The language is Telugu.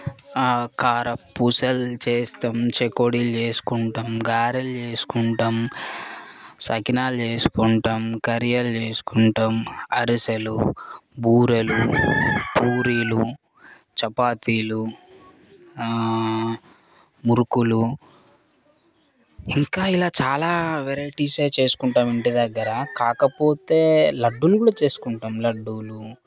కారపూసలు చేస్తాం చెకోడీలు చేసుకుంటాం గారెలు చేసుకుంటాం సకినాలు చేసుకుంటాం గరియెలు చేసుకుంటాం అరిసెలు బూరెలు పూరీలు చపాతీలు మురుకులు ఇంకా ఇలా చాలా వెరైటీసే చేసుకుంటాం ఇంటిదగ్గర కాకపోతే లడ్డూలు కూడా చేసుకుంటాం లడ్డూలు